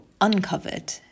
uncovered